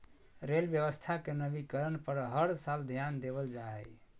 rail व्यवस्था के नवीनीकरण पर हर साल ध्यान देवल जा हइ